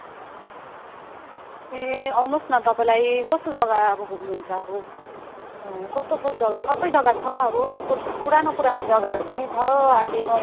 ए आउनुहोस् न तपाईँलाई कस्तो जग्गा अब घुम्नुहुन्छ अब कस्तो कस्तो जग्गा सबै जग्गा छ अब पुरानो पुरानो जग्गाहरू पनि छ अहिले नयाँ बनिएको जग्गा पनि छ हो